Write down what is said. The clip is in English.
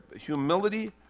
Humility